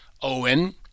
Owen